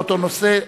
באותו נושא,